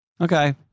okay